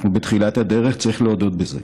אנחנו בתחילת הדרך, צריך להודות בזה.